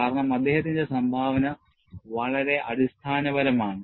കാരണം അദ്ദേഹത്തിന്റെ സംഭാവന വളരെ അടിസ്ഥാനപരമാണ്